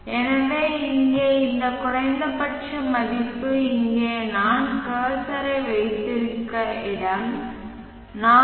எனவே இங்கே இந்த குறைந்தபட்ச மதிப்பு இங்கே நான் கர்சரை வைத்திருந்த இடம் 4